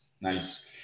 Nice